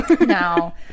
Now